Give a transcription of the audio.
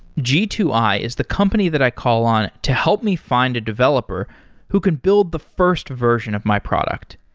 g two i is the company that i call on to help me find a developer who can build the first version of my product.